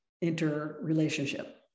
interrelationship